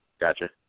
Gotcha